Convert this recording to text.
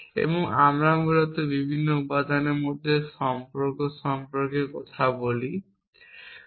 এবং আমরা মূলত বিভিন্ন উপাদানের মধ্যে সম্পর্ক সম্পর্কে কথা বলতে পারি